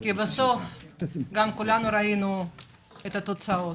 כי כולנו ראינו מה התוצאות.